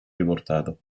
riportato